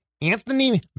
Anthony